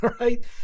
right